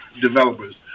developers